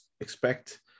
expect